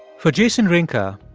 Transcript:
for jason rinka,